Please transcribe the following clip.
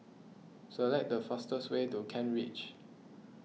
select the fastest way to Kent Ridge